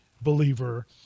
believer